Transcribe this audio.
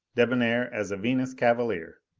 debonair as a venus cavalier!